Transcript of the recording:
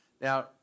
Now